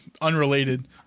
unrelated